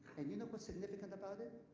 and you know what's significant about it?